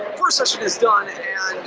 first session is done and